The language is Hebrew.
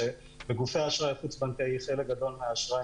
שבגופי האשראי החוץ הבנקאי חלק גדול מהאשראי